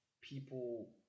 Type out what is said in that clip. people